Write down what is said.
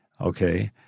Okay